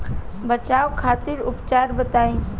बचाव खातिर उपचार बताई?